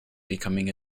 becoming